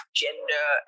gender